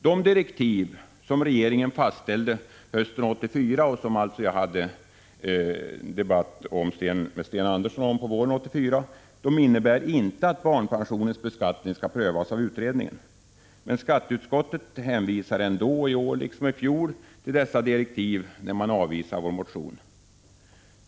De direktiv som regeringen fastställde hösten 1984 och som jag alltså hade en debatt med Sten Andersson om våren 1984 innebär inte att barnpensionens beskattning skall prövas av utredningen. Men skatteutskottet hänvisar 107 ändå i år — liksom i fjol — till dessa direktiv när utskottet avvisar vår motion.